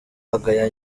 agaya